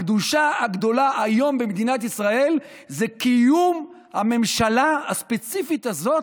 הקדושה הגדולה היום במדינת ישראל זה קיום הממשלה הספציפית הזאת,